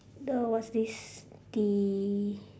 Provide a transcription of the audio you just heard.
the what's this the